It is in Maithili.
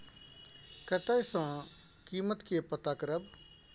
कतय सॅ कीमत के पता करब?